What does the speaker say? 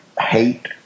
hate